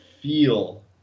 feel